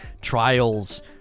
trials